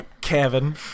Kevin